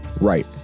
Right